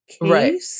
Right